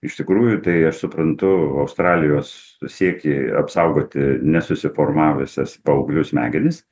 iš tikrųjų tai aš suprantu australijos siekį apsaugoti nesusiformavusias paauglių smegenis